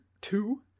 two